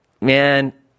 Man